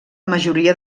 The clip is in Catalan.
majoria